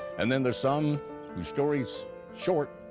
and then there's some whose story's short,